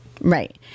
Right